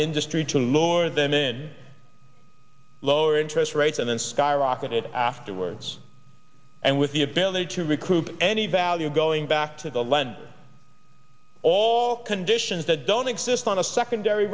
industry to lure them in lower interest rates and then skyrocketed afterwards and with the ability to recoup any value going back to the lender all conditions that don't exist on a secondary